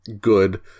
good